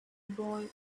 boy